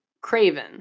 Craven